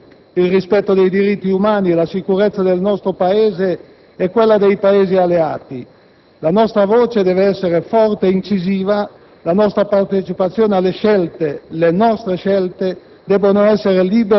In seno al Comitato di Sicurezza delle Nazioni Unite, l'Italia potrà continuare il suo impegno rivolto alla costruzione di un mondo pacifico perché coeso, partecipato e condiviso nelle scelte.